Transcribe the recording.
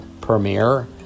premiere